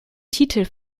titel